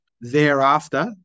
Thereafter